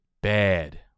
bad